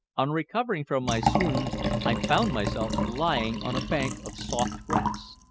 on recovering from my swoon i found myself lying on a bank of soft grass,